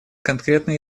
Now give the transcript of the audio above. конкретные